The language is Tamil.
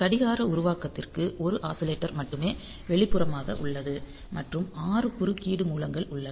கடிகார உருவாக்கத்திற்கு 1 ஆஸிலேட்டர் மட்டுமே வெளிப்புறமாக உள்ளது மற்றும் 6 குறுக்கீடு மூலங்கள் உள்ளன